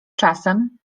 czasem